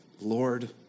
Lord